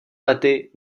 lety